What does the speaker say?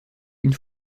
une